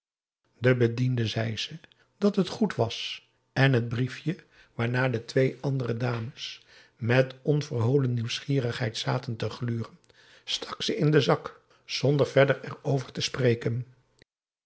den bediende zei ze dat het goed was en het briefje waarnaar de twee andere dames met onverholen nieuwsgierigheid zaten te gluren stak ze in den zak zonder verder erover te spreken